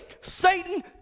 Satan